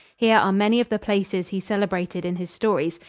here are many of the places he celebrated in his stories,